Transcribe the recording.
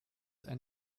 ein